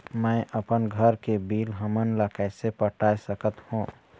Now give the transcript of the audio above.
मैं अपन घर के बिल हमन ला कैसे पटाए सकत हो?